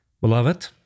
Beloved